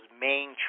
main